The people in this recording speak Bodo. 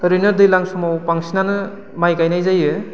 ओरैनो दैज्लां समाव बांसिनानो माइ गायनाय जायो